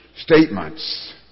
statements